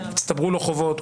הצטברו לו חובות,